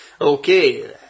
Okay